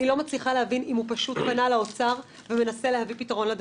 אני לא מצליחה להבין אם הוא פשוט פנה לאוצר ומנסה להביא פתרון לדבר.